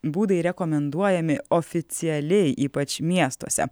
būdai rekomenduojami oficialiai ypač miestuose